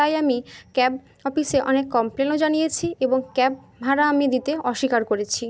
তাই আমি ক্যাব অপিসে অনেক কমপ্লেনও জানিয়েছি এবং ক্যাব ভাড়া আমি দিতে অস্বীকার করেছি